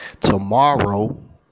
tomorrow